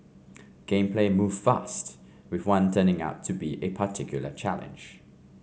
game play moved fast with one turning out to be a particular challenge